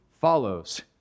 follows